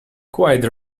quite